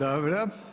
Dobro.